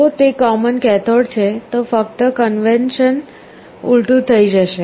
જો તે common cathode છે તો ફક્ત કન્વેન્શન ઊલટું થઈ જશે